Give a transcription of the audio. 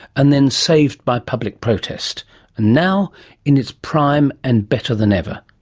and then saved by public protest, and now in its prime and better than ever,